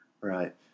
Right